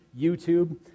YouTube